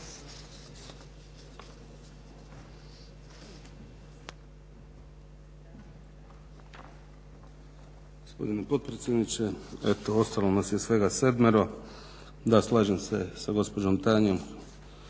Gospodine potpredsjedniče eto ostalo nas je svega 7, da slažem se sa gospođom Tanjom